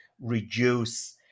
reduce